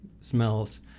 smells